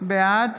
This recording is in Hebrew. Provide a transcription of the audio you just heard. בעד